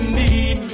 need